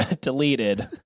deleted